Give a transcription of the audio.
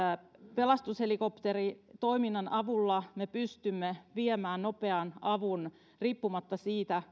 pelastushelikopteritoiminnan avulla me pystymme viemään nopean avun riippumatta siitä